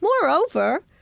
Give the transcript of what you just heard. Moreover